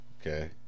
Okay